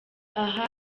aha